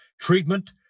treatment